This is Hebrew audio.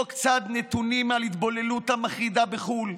קצת נתונים על ההתבוללות המחרידה בחו"ל,